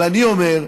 אבל אני אומר,